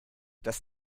dass